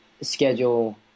schedule